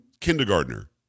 kindergartner